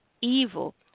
evil